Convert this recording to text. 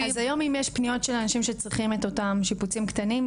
אז היום אם יש פניות של אנשים שצריכים את אותם שיפוצים קטנים,